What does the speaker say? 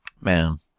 Man